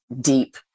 deep